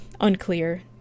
unclear